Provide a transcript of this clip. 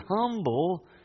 humble